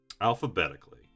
Alphabetically